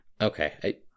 Okay